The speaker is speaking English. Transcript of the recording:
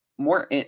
more